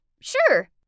Sure